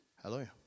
hello